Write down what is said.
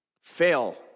fail